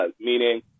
meaning